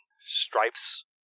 stripes